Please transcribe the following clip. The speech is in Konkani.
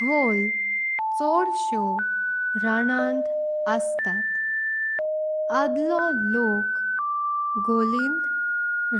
घोल चोडशेओ रान्नांत अस्तात आदलो। लोक घोलिन